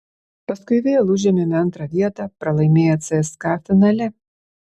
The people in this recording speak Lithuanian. paskui vėl užėmėme antrą vietą pralaimėję cska finale